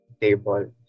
table